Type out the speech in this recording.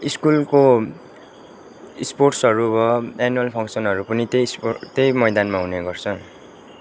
स्कुलको स्पोर्ट्सहरू भयो एन्युअल फङ्सनहरू पनि त्यही इस् त्यही मैदानमा हुने गर्छ